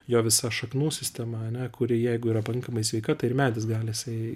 jo visa šaknų sistema ane kuri jeigu yra pakankamai sveika tai ir medis gali jisai